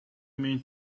mean